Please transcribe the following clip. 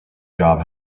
job